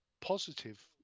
positive